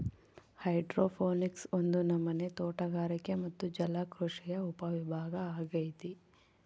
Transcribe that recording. hydroponics ಒಂದು ನಮನೆ ತೋಟಗಾರಿಕೆ ಮತ್ತೆ ಜಲಕೃಷಿಯ ಉಪವಿಭಾಗ ಅಗೈತೆ